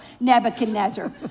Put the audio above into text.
nebuchadnezzar